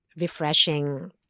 refreshing